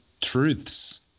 Truths